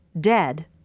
dead